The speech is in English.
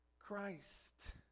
christ